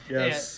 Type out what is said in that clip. Yes